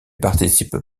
participe